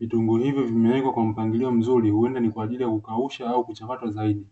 Vitunguu hivyo vimewekwa kwa mpangilio mzuri, huenda ni kwa ajili ya kukausha au kuchakatwa zaidi.